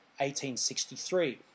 1863